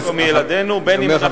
לילדנו בין אם אנחנו,